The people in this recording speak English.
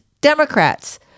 Democrats